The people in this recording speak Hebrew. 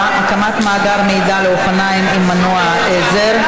(הקמת מאגר מידע לאופניים עם מנוע עזר),